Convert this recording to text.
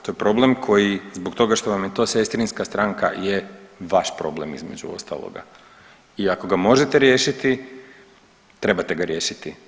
To je problem koji zbog toga što vam je to sestrinska stranka je vaš problem između ostaloga i ako ga možete riješiti trebate ga riješiti.